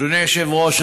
אדוני היושב-ראש,